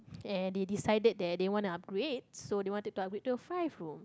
and they decided that they wanna upgrade so they wanted to upgrade to a five room